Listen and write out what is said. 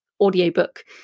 audiobook